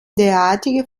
derartige